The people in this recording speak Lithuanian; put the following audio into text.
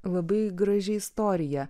labai graži istorija